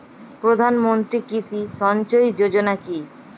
প্রধানমন্ত্রী কৃষি সিঞ্চয়ী যোজনা কি?